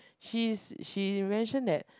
she's she mention that